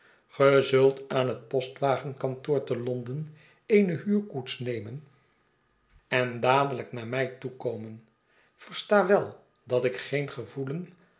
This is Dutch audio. aan het postwagenkantoor te londen eene huurkoets nemen en dadelijk naar mij toe kornen versta wel dat ik geen gevoelea